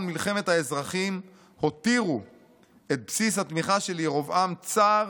מלחמת האזרחים הותירו את בסיס התמיכה של ירבעם צר,